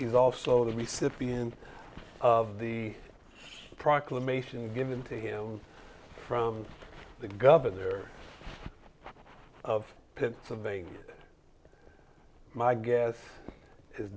is also the recipient of the proclamation given to him from the governor of pennsylvania my guess is